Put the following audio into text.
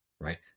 right